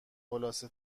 خلاصه